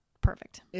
perfect